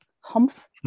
humph